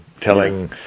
telling